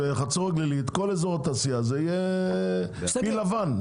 שבחצור הגלילית כל אזור התעשייה יהיה פיל לבן.